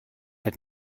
wird